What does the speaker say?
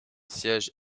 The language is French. siège